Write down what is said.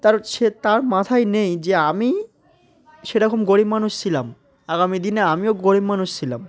তার সে তার মাথায় নেই যে আমি সেরকম গরিব মানুষ ছিলাম আগামী দিনে আমিও গরিব মানুষ ছিলাম